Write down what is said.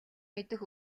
мэдэх